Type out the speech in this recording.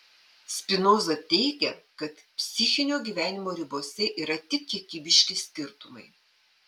spinoza teigia kad psichinio gyvenimo ribose yra tik kiekybiški skirtumai